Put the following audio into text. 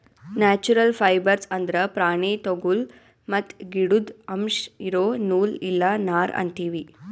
natural fibres ಅಂದ್ರ ಪ್ರಾಣಿ ತೊಗುಲ್ ಮತ್ತ್ ಗಿಡುದ್ ಅಂಶ್ ಇರೋ ನೂಲ್ ಇಲ್ಲ ನಾರ್ ಅಂತೀವಿ